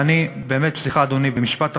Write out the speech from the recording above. ואני, באמת, סליחה, אדוני, במשפט אחרון,